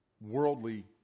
worldly